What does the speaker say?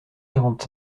quarante